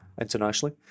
internationally